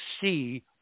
see